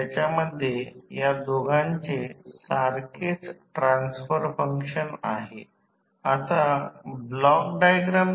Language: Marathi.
तर VA 2 वाइंडिंग ट्रान्सफॉर्मर KK म्हणजे VA auto ऑटो